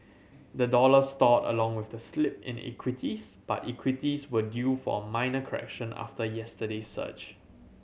the dollar stalled along with the slip in equities but equities were due for a minor correction after yesterday's surge